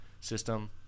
system